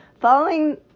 following